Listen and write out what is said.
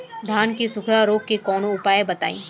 धान के सुखड़ा रोग के कौनोउपाय बताई?